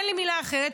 אין לי מילה אחרת,